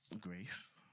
grace